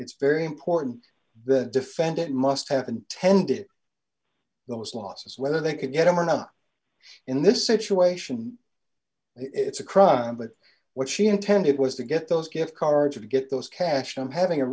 it's very important the defendant must have intended those losses whether they could get him or not in this situation it's a crime but what she intended was to get those gift cards and get those cash i'm having a